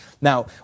Now